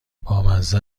بامزه